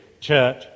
church